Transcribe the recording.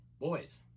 Boys